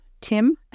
Tim